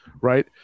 right